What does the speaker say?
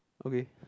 okay